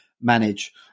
manage